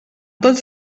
tots